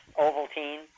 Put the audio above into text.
Ovaltine